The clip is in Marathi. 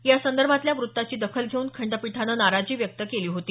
यासंदर्भातल्या वृत्ताची दखल घेऊन खंडपीठानं नाराजी व्यक्त केली होती